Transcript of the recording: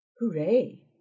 Hooray